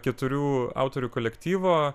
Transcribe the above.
keturių autorių kolektyvo